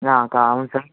నాకా అవును సర్